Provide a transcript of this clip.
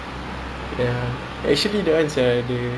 and ask but I scared he